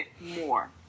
more